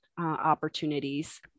opportunities